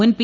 മുൻ പി